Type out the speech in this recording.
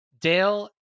Dale